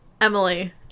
Emily